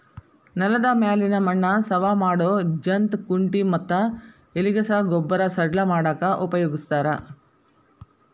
ನೆಲದ ಮ್ಯಾಲಿನ ಮಣ್ಣ ಸವಾ ಮಾಡೋ ಜಂತ್ ಕುಂಟಿ ಮತ್ತ ಎಲಿಗಸಾ ಗೊಬ್ಬರ ಸಡ್ಲ ಮಾಡಾಕ ಉಪಯೋಗಸ್ತಾರ